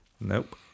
Nope